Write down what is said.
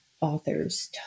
authors